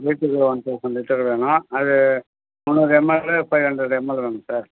வீட்டுக்கு one thousand litre வேணும் அது முந்நூறு எம்எல்லு ஃபைவ் ஹண்ட்ரட் எம்மல்லு வேணும் சார்